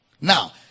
Now